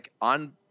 on